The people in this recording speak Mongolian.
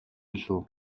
билүү